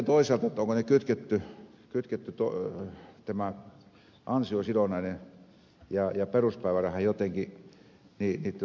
sitten toisaalta tuommoinen kytketty ansiosidonnainen ja peruspäiväraha on tietyllä tavalla laskennan perusteena